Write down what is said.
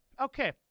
Okay